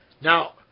Now